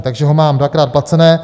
Takže ho mám dvakrát placené.